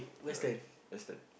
ya that's that